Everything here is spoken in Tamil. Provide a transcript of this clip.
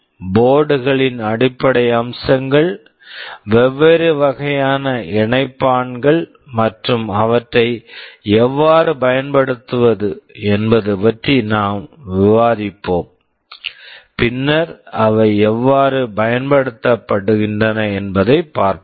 போர்டு board களின் அடிப்படை அம்சங்கள் வெவ்வேறு வகையான இணைப்பான்கள் மற்றும் அவற்றை எவ்வாறு பயன்படுத்துவது என்பது பற்றி நாம் விவாதிப்போம் பின்னர் அவை எவ்வாறு பயன்படுத்தப்படுகின்றன என்பதைப் பார்ப்போம்